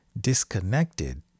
disconnected